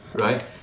right